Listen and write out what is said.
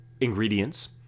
ingredients